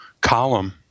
column